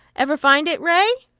ever find it, ray?